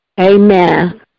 Amen